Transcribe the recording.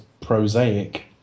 prosaic